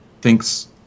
thinks